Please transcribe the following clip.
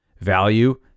value